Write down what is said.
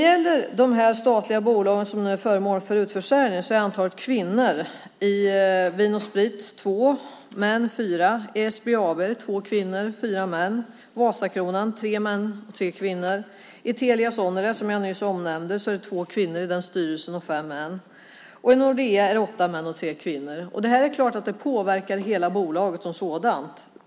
I styrelserna i de statliga bolag som nu är föremål för utförsäljning är det två kvinnor och fyra män i Vin & Sprit, två kvinnor och fyra män i SBAB, tre män och tre kvinnor i Vasakronan, två kvinnor och fem män i Telia Sonera, som jag nyss nämnde, och åtta män och tre kvinnor i Nordea. Det är klart att detta påverkar hela bolaget.